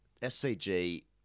SCG